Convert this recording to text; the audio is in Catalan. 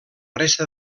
resta